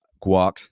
guac